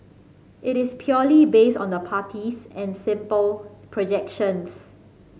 it is purely based on the parties and simple projections